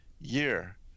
year